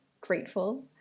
grateful